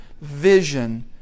vision